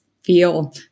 feel